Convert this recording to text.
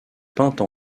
peinte